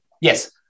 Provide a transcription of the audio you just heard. Yes